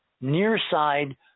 near-side